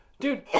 Dude